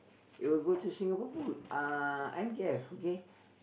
it will go to Singapore-Pools uh N_K_F okay